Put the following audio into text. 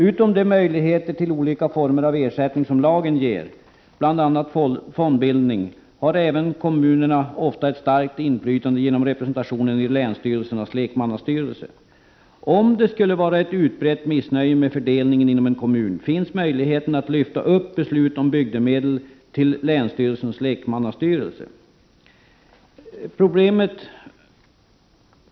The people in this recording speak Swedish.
Utom de möjligheter till olika former av ersättning som lagen ger, bl.a. fondbildning, har kommunerna ofta ett starkt inflytande även genom representationen i länsstyrelsernas lekmannastyrelser. Om det inom en kommun skulle finnas ett utbrett missnöje med fördelningen, finns möjligheten att lyfta upp beslut om bygdemedel till länsstyrelsens lekmannastyrelse.